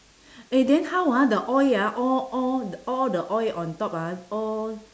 eh then how ah the oil ah all all all the oil on top ah all